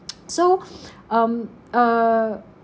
so um err